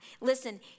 Listen